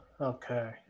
Okay